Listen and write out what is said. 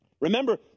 Remember